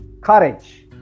courage